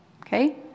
Okay